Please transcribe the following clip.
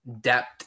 depth